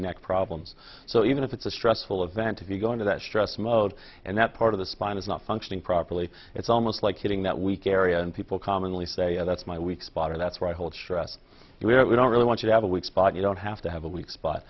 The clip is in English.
neck problems so even if it's a stressful event if you go into that stress mode and that part of the spine is not functioning properly it's almost like hitting that weak area and people commonly say oh that's my weak spot or that's where i hold stress here we don't really want you have a weak spot you don't have to have a weak spot